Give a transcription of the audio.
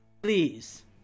Please